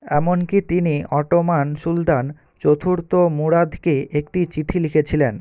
এমনকি তিনি অটোমান সুলতান চতুর্থ মুরাদকে একটি চিঠি লিখেছিলেন